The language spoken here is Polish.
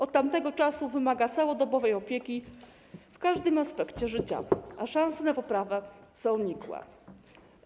Od tamtego czasu wymaga całodobowej opieki w każdym aspekcie życia, a szanse na poprawę są nikłe.